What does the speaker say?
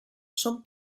són